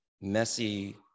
messy